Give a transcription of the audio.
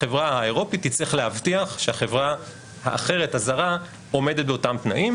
החברה האירופית תצטרך להבטיח שהחברה האחרת הזרה עומדת באותם תנאים,